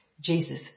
Jesus